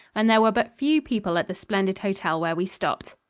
and there were but few people at the splendid hotel where we stopped.